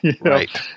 Right